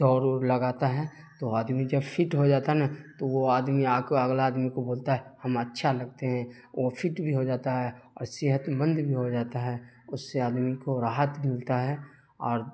دوڑ ووڑ لگاتا ہے تو آدمی جب فٹ ہوجاتا ہے نا تو وہ آدمی آ کے اگلا آدمی کو بولتا ہے ہم اچھا لگتے ہیں وہ فٹ بھی ہوجاتا ہے اور صحت مند بھی ہوجاتا ہے اس سے آدمی کو راحت بھی ملتا ہے اور